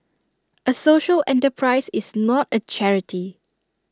A social enterprise is not A charity